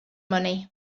money